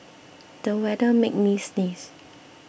the weather made me sneeze